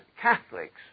Catholics